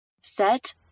Set